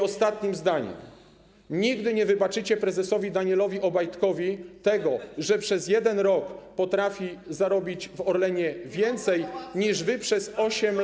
Ostatnie zdanie: nigdy nie wybaczycie prezesowi Danielowi Obajtkowi tego, że przez 1 rok potrafi zarobić w Orlenie więcej niż wy przez 8 lat.